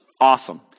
awesome